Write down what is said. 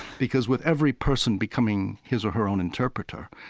because with every person becoming his or her own interpreter,